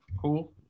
Cool